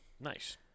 Nice